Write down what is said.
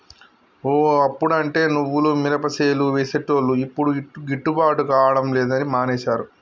ఓ అప్పుడంటే నువ్వులు మినపసేలు వేసేటోళ్లు యిప్పుడు గిట్టుబాటు కాడం లేదని మానేశారు